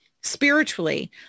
spiritually